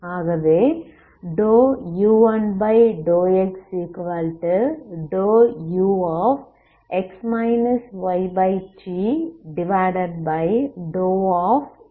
ஆகவே u1∂x∂ux yt∂